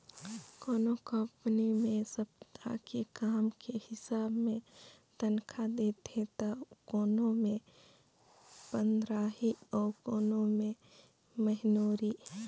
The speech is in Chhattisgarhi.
कोनो कंपनी मे सप्ता के काम के हिसाब मे तनखा देथे त कोनो मे पंदराही अउ कोनो मे महिनोरी